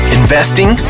investing